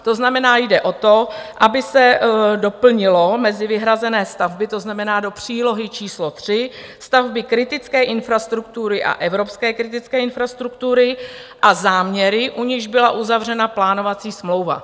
To znamená, jde o to, aby se doplnilo mezi vyhrazené stavby, to znamená do přílohy číslo 3, stavby kritické infrastruktury a evropské kritické infrastruktury a záměry, u nichž byla uzavřena plánovací smlouva.